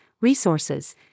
resources